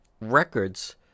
records